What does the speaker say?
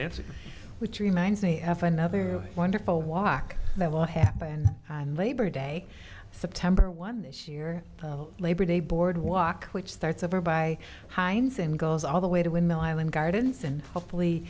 nancy which reminds me of another wonderful walk that will happen on labor day september one that your labor day boardwalk which starts over by heinz and goes all the way to win the island gardens and hopefully